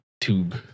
tube